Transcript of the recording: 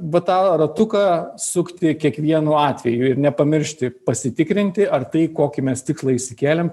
va tą ratuką sukti kiekvienu atveju ir nepamiršti pasitikrinti ar tai kokį mes tikslą išsikėlėm